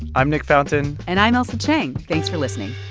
i'm nick fountain and i'm ailsa chang. thanks for listening